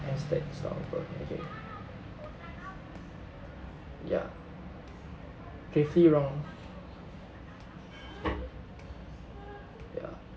instead start over okay ya gravely wrong ya